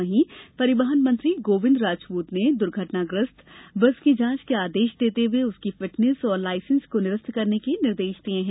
वहीं परिवहन मंत्री गोविंद राजपूत ने दुर्घटनाग्रस्त बस की जांच के आदेश देते हुए उसकी फिटनेस और लायसेंस को निरस्त करने के निर्देश दिये हैं